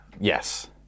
yes